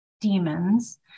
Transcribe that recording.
demons